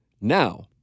Now